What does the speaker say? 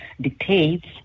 dictates